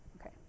Okay